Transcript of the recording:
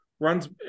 runs